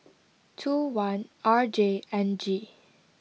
two one R J N G